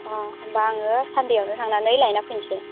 अ होमब्ला आङो सान्डेयावनो थांनानै लायना फैनोसै